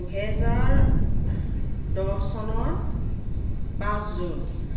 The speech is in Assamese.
দুহেজাৰ দহ চনৰ পাঁচ জুন